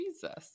Jesus